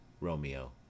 Romeo